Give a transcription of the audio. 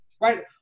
right